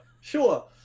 sure